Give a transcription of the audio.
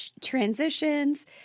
transitions